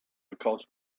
because